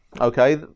okay